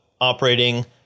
operating